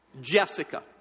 Jessica